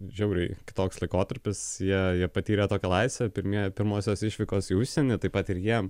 žiauriai kitoks laikotarpis jie jie patyrė tokią laisvę pirmieji pirmosios išvykos į užsienį taip pat ir jiem